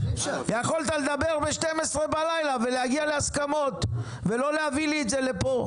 יכולת לדבר ב-12 בלילה ולהגיע להסכמות ולא להביא לי את זה לפה.